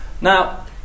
Now